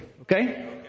Okay